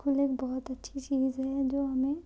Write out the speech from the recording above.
school ایک بہت اچھی چیز ہے جو ہمیں